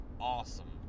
awesome